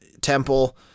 Temple